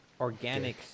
organics